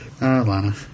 Lana